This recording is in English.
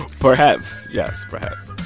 perhaps. yes, perhaps